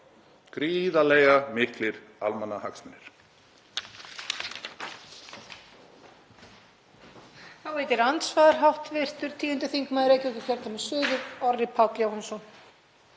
gríðarlega miklir almannahagsmunir.